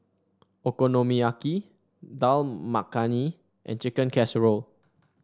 Okonomiyaki Dal Makhani and Chicken Casserole